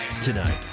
Tonight